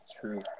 true